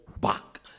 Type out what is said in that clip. back